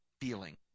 feeling